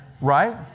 Right